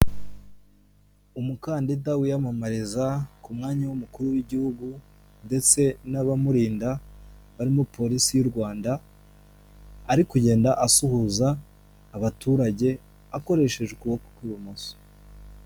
Umukandida wiyamamariza ku mwanya w'umukuru w'igihugu, ndetse n'abamurinda barimo polisi y'u Rwanda ari kugenda asuhuza abaturage akoresheje ukuboko kw'ibumoso.